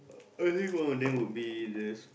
I think one of then would be this